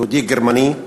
יהודי גרמני,